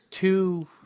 two